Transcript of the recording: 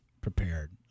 prepared